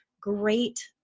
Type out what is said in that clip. great